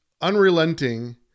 unrelenting